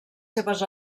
seves